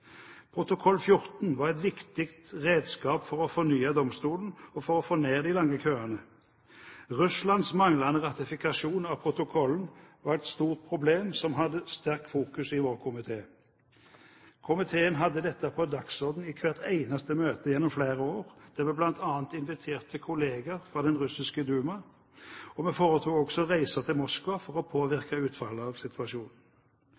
Protokoll 14 var et viktig redskap for å fornye domstolen og for å få ned de lange køene. Russlands manglende ratifikasjon av protokollen var et stort problem som vår komité hadde sterkt fokus på. Komiteen hadde dette på dagsordenen i hvert eneste møte over flere år, der vi bl.a. inviterte kolleger fra den russiske Duma, og vi foretok også reiser til Moskva for å